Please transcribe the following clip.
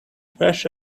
fresh